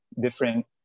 different